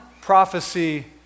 prophecy